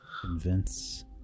convince